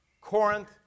Corinth